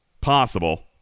possible